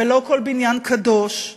ולא כל בניין קדוש,